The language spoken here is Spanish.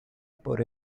por